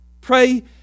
pray